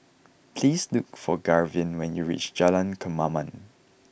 please look for Garvin when you reach Jalan Kemaman